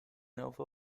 nova